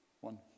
One